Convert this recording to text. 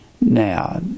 Now